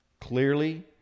clearly